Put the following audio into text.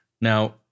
Now